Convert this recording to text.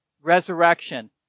resurrection